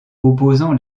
opposant